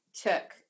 took